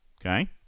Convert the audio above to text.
Okay